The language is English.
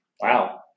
Wow